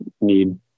need